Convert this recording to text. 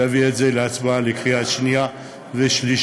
להביא את זה להצבעה לקריאה שנייה ושלישית,